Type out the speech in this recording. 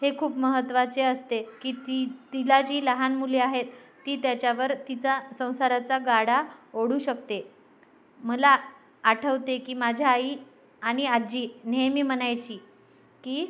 हे खूप महत्त्वाचे असते आहे की ती तिला जी लहान मुले आहेत ती त्याच्यावर तिचा संसाराचा गाडा ओढू शकते आहे मला आठवते आहे की माझ्या आई आणि आजी नेहमी म्हणायची की